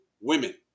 women